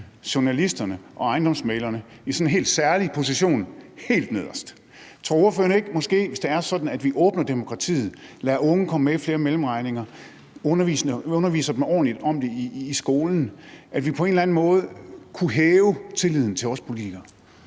journalisterne og ejendomsmæglerne i sådan en helt særlig position helt nederst. Tror ordføreren måske ikke, at vi, hvis det er sådan, at vi åbner demokratiet, lader unge komme med i flere mellemregninger og underviser dem ordentligt om det i skolen, på en eller anden måde kunne hæve tilliden til os politikere?